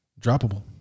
Droppable